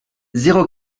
zéro